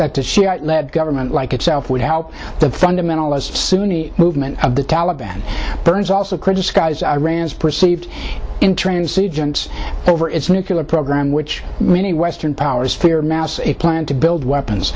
that the shiite led government like itself would help the fundamentalist sunni movement of the taliban burns also criticize iran's perceived intransigence over its nuclear program which many western powers fear mass a plan to build weapons